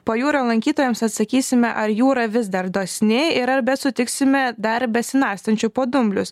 pajūrio lankytojams atsakysime ar jūra vis dar dosni ir ar besutiksime dar besinarstančių po dumblius